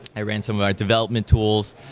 i ran some of our development tools.